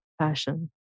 Passion